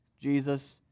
Jesus